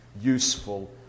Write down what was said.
useful